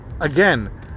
again